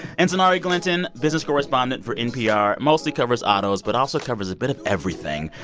and sonari glinton, business correspondent for npr, mostly covers autos but also covers a bit of everything.